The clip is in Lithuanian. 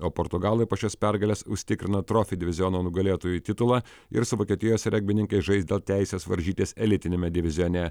o portugalai po šios pergalės užsitikrino trofi diviziono nugalėtojų titulą ir su vokietijos regbininkais žais dėl teisės varžytis elitiniame divizione